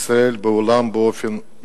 של ישראל והעברת הנשיאות למדינה אחרת,